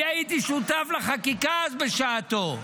אני הייתי שותף לחקיקה אז בשעתו,